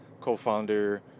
co-founder